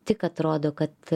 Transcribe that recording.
tik atrodo kad